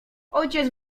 ojciec